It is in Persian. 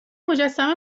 مجسمه